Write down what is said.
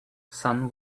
sun